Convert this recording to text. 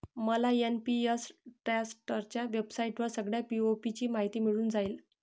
मला एन.पी.एस ट्रस्टच्या वेबसाईटवर सगळ्या पी.ओ.पी ची माहिती मिळून जाईल